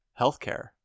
healthcare